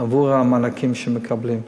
מהמענקים שמקבלים.